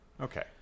Okay